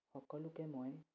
সকলোকে মই